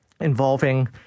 involving